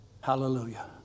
Hallelujah